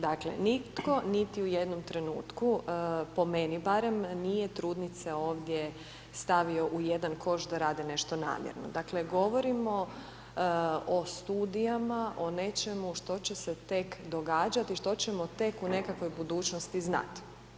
Dakle, nitko niti u jednom trenutku po meni barem, nije trudnice ovdje stavio u jedan koš da rade nešto namjerno, dakle govorimo o studijama, o nečemu što će se tek događati, što ćemo tek u nekakvoj budućnosti znati.